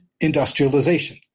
industrialization